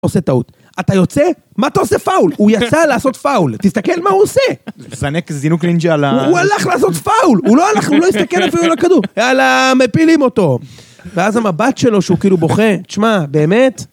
עושה טעות. אתה יוצא? מה אתה עושה? פאול. הוא יצא לעשות פאול. תסתכל מה הוא עושה. זנק, זינו קרינג'ה על ה... הוא הלך לעשות פאול. הוא לא הלך, הוא לא הסתכל אפילו על הכדור. יאללה, מפילים אותו. ואז המבט שלו שהוא כאילו בוכה. תשמע, באמת...